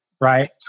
right